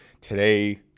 today